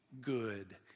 good